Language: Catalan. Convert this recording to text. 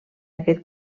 aquest